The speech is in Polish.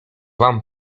wam